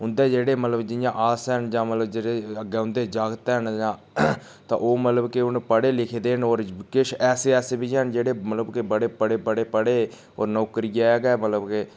उं'दे जेह्ड़े मतलब जियां अस न जां मतलब जेह्ड़े अग्गें उं'दे जागत हैन जां तां ओह् मतलब कि ओह् पढ़े लिखे दे न होर किश ऐसे ऐसे बी हैन जेह्ड़े मतलब बड़े पढ़े बड़े पढ़े होर नौकरी ऐ मतलब कि